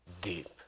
deep